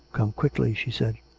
come quickly, she said.